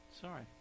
Sorry